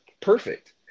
perfect